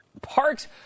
Parks